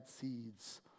seeds